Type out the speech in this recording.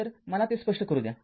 तर मला ते स्पष्ट करू द्या